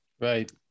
Right